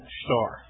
star